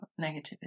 negativity